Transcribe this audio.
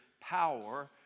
power